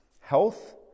Health